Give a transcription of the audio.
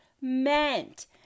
meant